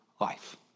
life